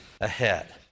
ahead